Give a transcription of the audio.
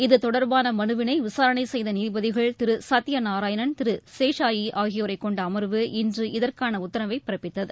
இத்தொடர்பான மனுவினை விசாரணை செய்த நீதிபதிகள் திரு சத்யநாராயணன் திரு சேஷசாஹி ஆகியோரைக்கொண்ட அமர்வு இன்று இதற்கான உத்தரவினை பிறப்பித்தது